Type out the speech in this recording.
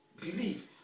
Believe